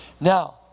Now